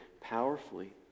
powerfully